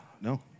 No